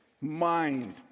mind